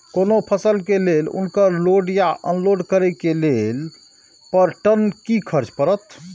कोनो फसल के लेल उनकर लोड या अनलोड करे के लेल पर टन कि खर्च परत?